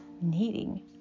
needing